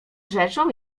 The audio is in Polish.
rzeczą